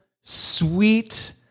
sweet